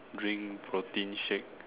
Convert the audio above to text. drink protein shake